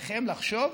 אתה אומר,